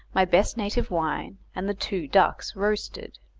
my best native wine, and the two ducks roasted.